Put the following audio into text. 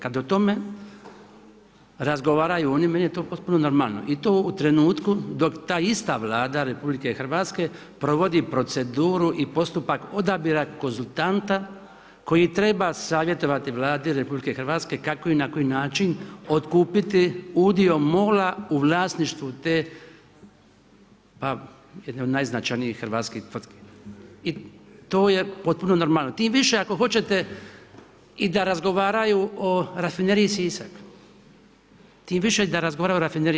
Kada o tome razgovaraju oni meni je to potpuno normalno i to u trenutku dok ta ista Vlada RH provodi proceduru i postupak odabira konzultanta koji treba savjetovati Vladi RH kako i na koji način otkupiti udio MOL-a u vlasništvu jedne od najznačajnijih hrvatskih tvrtki i to je potpuno normalno, tim više ako hoćete i da razgovaraju i o Rafineriji Sisak.